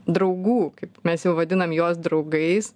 draugų kaip mes jau vadinam jos draugais